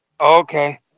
Okay